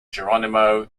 geronimo